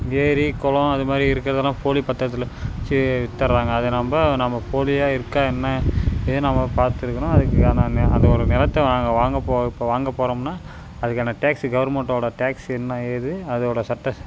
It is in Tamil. ஏரி குளம் அது மாதிரி இருக்கிறதுலாம் போலி பத்தரத்தில் வச்சு விற்றுட்றாங்க அதை நம்ம நம்ம போலியாக இருக்கா என்ன இதை நம்ம பார்த்துருக்கணும் அதுக்கான நி அந்த ஒரு நிலத்தை நாங்கள் வாங்க போ இப்போ வாங்க போகிறோம்னா அதுக்கான டேக்ஸு கவர்மெண்ட்டோட டேக்ஸு என்ன ஏது அதோடய சட்ட